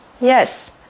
Yes